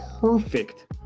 perfect